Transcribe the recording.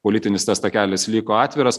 politinis tas takelis liko atviras